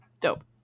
Dope